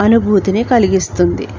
అనుభూతిని కలిగిస్తుంది